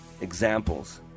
Examples